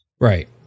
Right